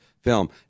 film